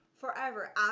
forever